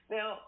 Now